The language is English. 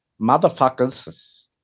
motherfuckers